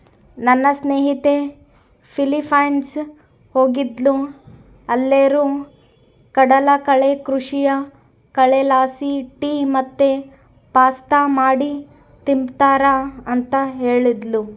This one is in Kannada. ನನ್ನ ಸ್ನೇಹಿತೆ ಫಿಲಿಪೈನ್ಸ್ ಹೋಗಿದ್ದ್ಲು ಅಲ್ಲೇರು ಕಡಲಕಳೆ ಕೃಷಿಯ ಕಳೆಲಾಸಿ ಟೀ ಮತ್ತೆ ಪಾಸ್ತಾ ಮಾಡಿ ತಿಂಬ್ತಾರ ಅಂತ ಹೇಳ್ತದ್ಲು